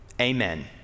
amen